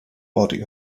body